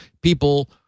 people